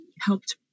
helped